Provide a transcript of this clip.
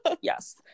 Yes